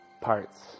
parts